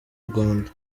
rwanda